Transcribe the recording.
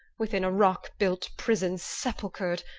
within a rock-built prison sepulchered,